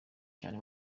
cyane